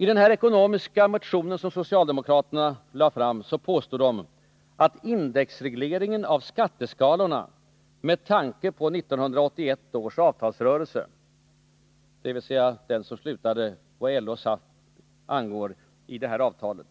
I den ekonomiska motion som socialdemokraterna lagt fram påstår de att indexregleringen av skatteskalorna med tanke på 1981 års avtalsrörelse, dvs. den som vad LO och SAF angår slutade i det här avtalet,